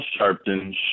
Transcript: Sharpton